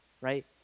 right